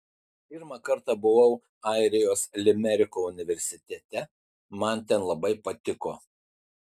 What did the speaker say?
pirmą kartą buvau airijos limeriko universitete man ten labai patiko